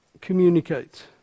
communicate